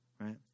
right